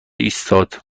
ایستاد